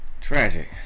Tragic